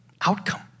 outcome